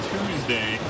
Tuesday